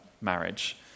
marriage